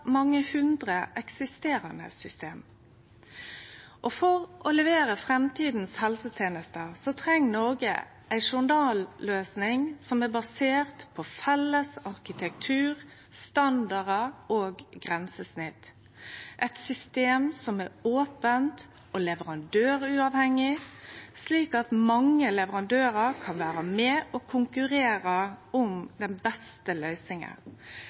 mange hundre eksisterande system. For å levere framtidas helsetenester treng Noreg ei journalløysing som er basert på felles arkitektur, standardar og grensesnitt, eit system som er ope og leverandøruavhengig, slik at mange leverandørar kan vere med og konkurrere om den beste løysinga,